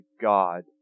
God